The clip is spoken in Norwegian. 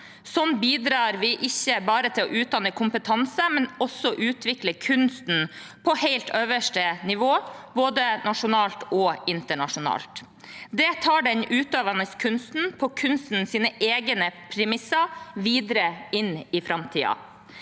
Slik bidrar vi ikke bare til å utdanne kompetanse, men også til å utvikle kunsten på helt øverste nivå både nasjonalt og internasjonalt. Det tar den utøvende kunsten, på kunstens egne premisser, videre inn i framtiden.